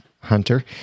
hunter